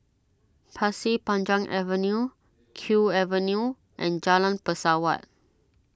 Pasir Panjang Avenue Kew Avenue and Jalan Pesawat